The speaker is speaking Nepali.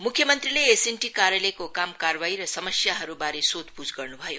मुख्य मंत्रीले एसएनटि कार्यालयको काम कारवाही र समस्याहरूबारे सोधपुछ गर्न् भयो